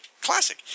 Classic